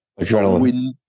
adrenaline